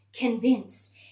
convinced